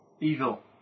evil